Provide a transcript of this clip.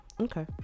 Okay